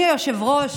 עוד ג'ובים,